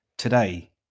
Today